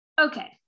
Okay